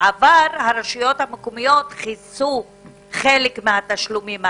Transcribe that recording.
בעבר הרשויות המקומיות כיסו חלק מהתשלומים האלה,